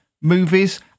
movies